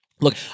Look